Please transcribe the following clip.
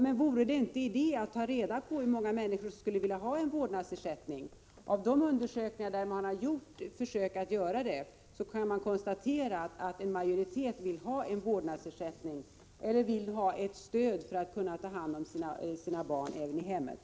Men vore det inte en idé att ta reda på hur många människor som skulle vilja ha en vårdnadsersättning? Av de undersökningar där man har gjort försök att göra det kan man konstatera att en majoritet vill ha en vårdnadsersättning eller ett stöd för att kunna ta hand om sina barn i hemmet.